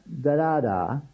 da-da-da